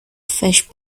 fish